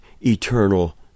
eternal